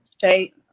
shape